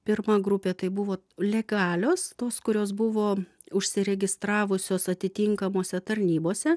pirma grupė tai buvo legalios tos kurios buvo užsiregistravusios atitinkamose tarnybose